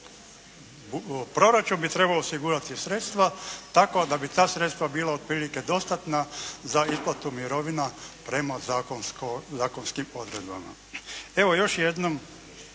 proračun bi trebao osigurati sredstva tako da bi ta sredstva bila otprilike dostatna za isplatu mirovina prema zakonskim odredbama. Evo još jednom